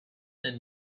and